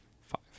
Five